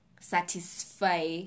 satisfy